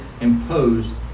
imposed